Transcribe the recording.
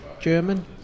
German